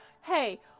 hey